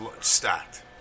stacked